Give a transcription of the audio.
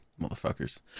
Motherfuckers